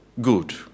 Good